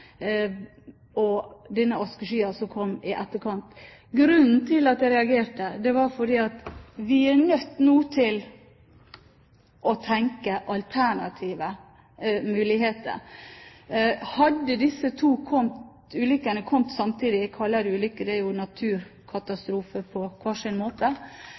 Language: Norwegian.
og denne askeskyen som kom i etterkant. Grunnen til at jeg reagerte, var at vi nå er nødt til å tenke alternative muligheter. Hadde disse to ulykkene skjedd samtidig – jeg kaller det ulykker, det er jo naturkatastrofer på hver sin måte